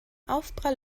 aufprall